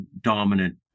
dominant